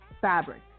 fabric